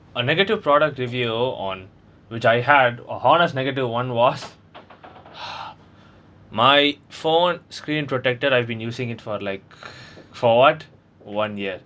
a negative product review on which I had or honest negative one was my phone screen protector I've been using it for like for what one year